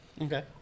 Okay